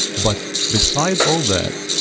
but beside all that,